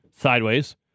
sideways